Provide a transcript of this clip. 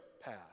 path